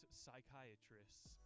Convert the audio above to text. psychiatrists